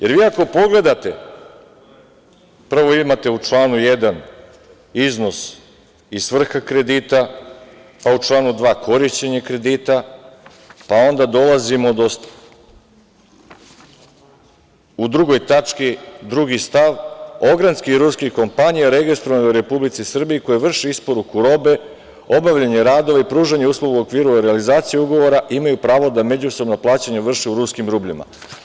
Jer, ako pogledate, prvo imate u članu 1. iznos i svrha kredita, pa u članu 2. korišćenje kredita, pa onda dolazimo do toga da u drugoj tački, drugi stav - ogranskih i ruskih kompanija registrovane u Republici Srbiji koje vrše isporuku robe, obavljanje radova i pružanje usluga u okviru realizacije ugovora imaju pravo da međusobna plaćanja vrše u ruskim rubljama.